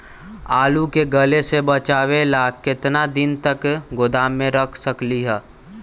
आलू के गले से बचाबे ला कितना दिन तक गोदाम में रख सकली ह?